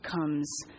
comes